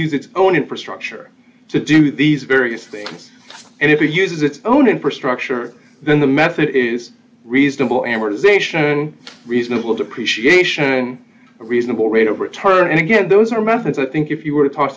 use its own infrastructure to do these various things and if it uses its own infrastructure then the method is reasonable amortization reasonable depreciation a reasonable rate of return and again those are methods i think if you were t